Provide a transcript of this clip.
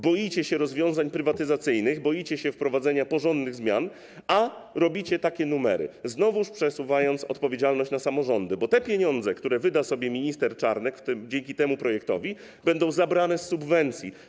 Boicie się rozwiązań prywatyzacyjnych, boicie się wprowadzenia porządnych zmian, a robicie takie numery, znowu przesuwając odpowiedzialność na samorządy, bo te pieniądze, które wyda sobie minister Czarnek dzięki temu projektowi, będą zabrane z subwencji.